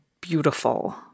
beautiful